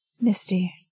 Misty